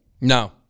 No